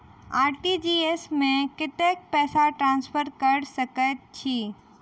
RTGS मे कतेक पैसा ट्रान्सफर कऽ सकैत छी?